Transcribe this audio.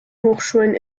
hochschulen